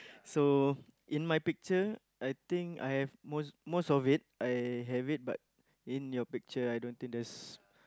so in my picture I think I have most most of it I have it but in your picture I don't think there's